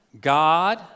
God